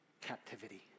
captivity